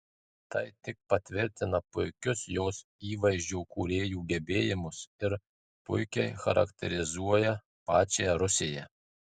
tai tik patvirtina puikius jos įvaizdžio kūrėjų gebėjimus ir puikiai charakterizuoja pačią rusiją